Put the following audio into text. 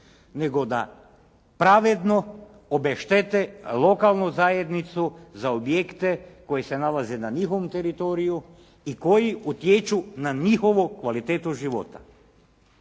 nego da pravedno obeštete lokalnu zajednicu za objekte koje se nalaze na njihovom teritoriju i koji utječu na njihovu kvalitetu života.